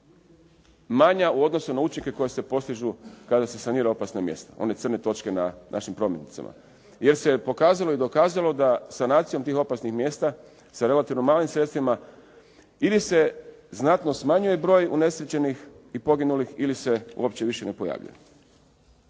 manja u odnosu na učinke koji se postižu kada se sanira opasna mjesta, one crne točke na našim prometnicama jer se pokazalo i dokazalo da sanacijom tih opasnih mjesta sa relativno malim sredstvima ili se znatno smanjuje broj unesrećenih i poginulih ili se uopće više ne pojavljuje.